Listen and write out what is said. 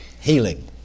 Healing